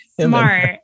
Smart